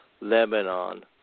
Lebanon